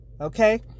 okay